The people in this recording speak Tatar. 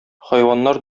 хайваннар